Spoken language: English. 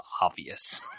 obvious